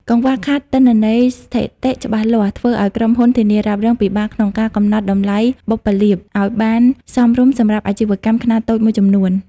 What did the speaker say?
កង្វះខាតទិន្នន័យស្ថិតិច្បាស់លាស់ ធ្វើឱ្យក្រុមហ៊ុនធានារ៉ាប់រងពិបាកក្នុងការកំណត់តម្លៃបុព្វលាភ ឱ្យបានសមរម្យសម្រាប់អាជីវកម្មខ្នាតតូចមួយចំនួន។